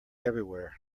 everywhere